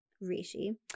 Rishi